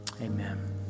Amen